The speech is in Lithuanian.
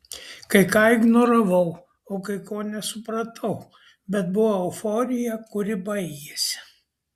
kai ką ignoravau o kai ko nesupratau bet buvo euforija kuri baigėsi